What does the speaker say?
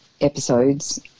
episodes